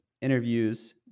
interviews